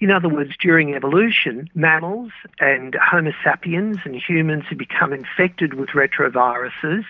in other words, during evolution, mammals and homo sapiens and humans have become infected with retroviruses